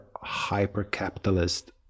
hyper-capitalist